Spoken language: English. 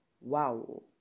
Wow